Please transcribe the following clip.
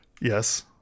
Yes